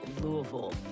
Louisville